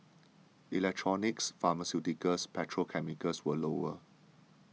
electronics pharmaceuticals petrochemicals were lower